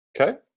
Okay